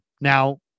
Now